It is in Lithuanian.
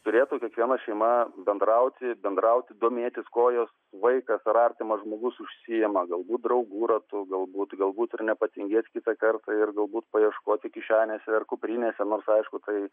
turėtų kiekviena šeima bendrauti bendrauti domėtis kuo jos vaikas per artimas žmogus užsiima galbūt draugų ratu galbūt galbūt ir nepatingėt kitą kartą ir galbūt paieškoti kišenėse ar kuprinėse nors aišku tai